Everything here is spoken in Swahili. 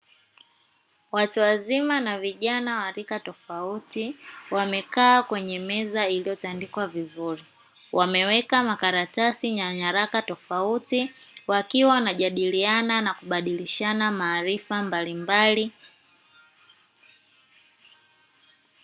Watu wazima na vijana wa rika tofauti wamekaa kwenye meza iliyotandikwa vizuri, wameweka makaratasi na nyaraka tofauti wakiwa wanajadiliana na kubadilishana maarifa mbalimbali.